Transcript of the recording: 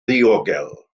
ddiogel